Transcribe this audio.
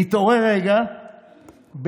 התעורר רגע בין,